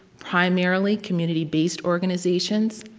primarily community-based organizations,